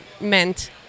meant